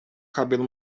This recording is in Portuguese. cabelo